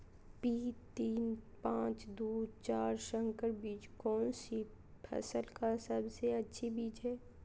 P तीन पांच दू चार संकर बीज कौन सी फसल का सबसे अच्छी बीज है?